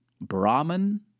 brahman